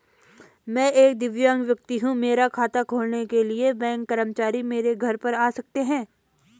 मैं एक दिव्यांग व्यक्ति हूँ मेरा खाता खोलने के लिए बैंक कर्मचारी मेरे घर पर आ सकते हैं?